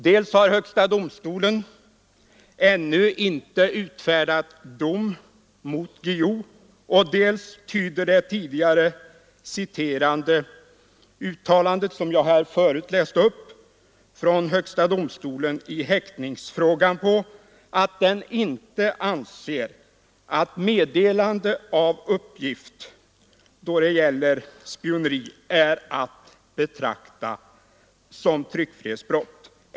Dels har högsta domstolen ännu inte utfärdat dom mot Guillou, dels tyder de tidigare citerade uttalandena — som jag förut har läst upp — av högsta domstolen i häktningsfrågan på att den inte anser att meddelande av uppgift då det gäller spioneri är att betrakta som tryckfrihetsbrott.